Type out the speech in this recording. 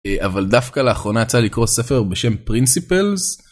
אבל דווקא לאחרונה צריך לספר בשם principles.